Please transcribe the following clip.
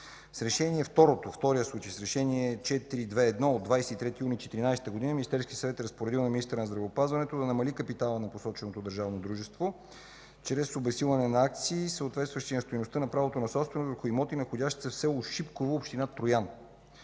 с Решение № 421 от 23 юни 2014 г. Министерският съвет е разпоредил на министъра на здравеопазването да намали капитала на посоченото държавно дружество чрез обезсилване на акции, съответстващи на стойността на правото на собственост върху имоти, находящи се в с. Шипково, община Троян.